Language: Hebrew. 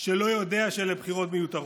שלא יודע שאלה בחירות מיותרות.